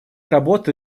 работа